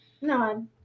No